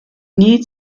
nie